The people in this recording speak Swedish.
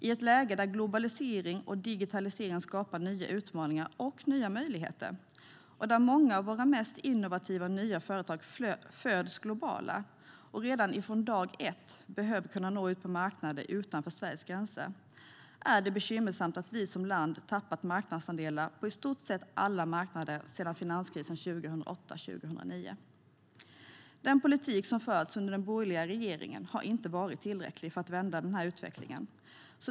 I ett läge där globalisering och digitalisering skapar nya utmaningar och nya möjligheter och där många av våra mest innovativa nya företag föds globala och redan ifrån dag ett behöver kunna nå ut på marknader utanför Sveriges gränser, är det bekymmersamt att vi som land tappat marknadsandelar på i stort sett alla marknader sedan finanskrisen 2008-2009. Den politik som förts under den borgerliga regeringen har inte varit tillräcklig för att vända den här utvecklingen.